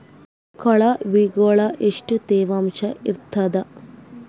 ಕೊಳವಿಗೊಳ ಎಷ್ಟು ತೇವಾಂಶ ಇರ್ತಾದ?